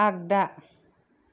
आग्दा